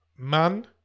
Man